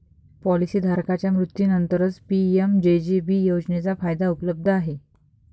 policy धारकाच्या मृत्यूनंतरच PMJJB योजनेचा फायदा उपलब्ध आहे